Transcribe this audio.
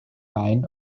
meinen